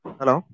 Hello